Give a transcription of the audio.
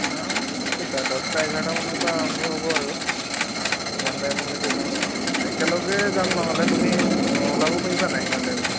নাম কেইটা দহটা এঘাৰটা মানৰ পৰা আৰম্ভ হ'ব আৰু সিমান টাইমলৈকে যাম একেলগে যাম নহ'লে তুমি ওলাব পাৰিবা নাই সিমান টাইমত